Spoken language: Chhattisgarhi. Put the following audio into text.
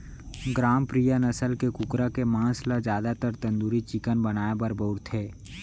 ग्रामप्रिया नसल के कुकरा के मांस ल जादातर तंदूरी चिकन बनाए बर बउरथे